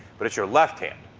but it's your left hand.